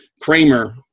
Kramer